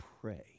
pray